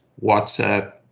WhatsApp